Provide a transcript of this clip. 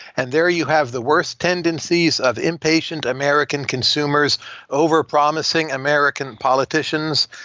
and there you have the worst tendencies of inpatient american consumers overpromising american politicians,